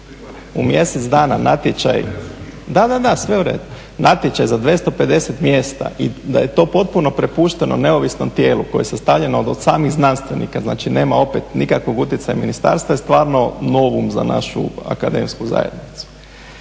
u redu. Natječaj za 250 mjesta i da je to potpuno prepušteno neovisnom tijelu koje je sastavljeno od samih znanstvenika, znači nema opet nikakvog utjecaja ministarstva je stvarno … za našu akademsku zajednicu.